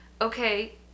okay